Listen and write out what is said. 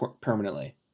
permanently